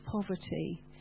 poverty